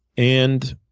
and,